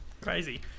crazy